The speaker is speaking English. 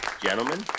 Gentlemen